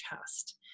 chest